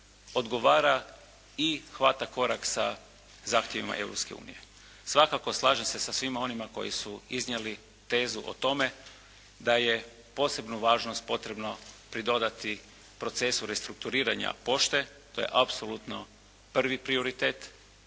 odgovara i hvata korak sa zahtjevima Europske unije. Svakako slažem se sa svima onim koji su iznijeli tezu o tome da je posebnu važnost potrebano pridodati procesu restrukturiranja pošte, to je apsolutno prvi prioritet,